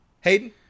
Hayden